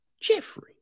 Jeffrey